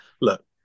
look